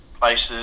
places